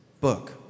book